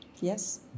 Yes